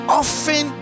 often